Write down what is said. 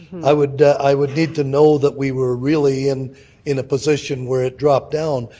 i would i would need to know that we were really and in the position where it dropped down.